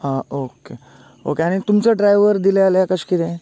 हा okay okay आनी तुमचो ड्रायव्हर दिले जाल्यार कशें कितें